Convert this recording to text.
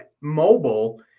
mobile